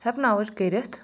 کٔرِتھ